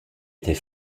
était